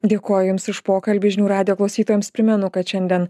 dėkoju jums už pokalbį žinių radijo klausytojams primenu kad šiandien